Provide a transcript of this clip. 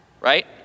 Right